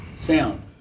Sound